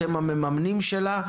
אתם המממנים שלה,